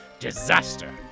disaster